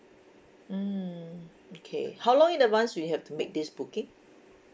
mm okay how long in advance we have to make this booking